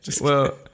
well-